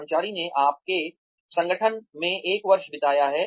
कर्मचारी ने आपके संगठन में एक वर्ष बिताया है